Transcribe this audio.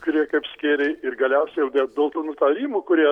kurie kaip skėriai ir galiausiai jau dė dėl tų nutarimų kurie